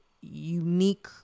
unique